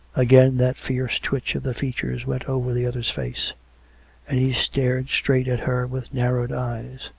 again that fierce twitch of the features went over the other's face and he stared straight at her with narrowed eyes.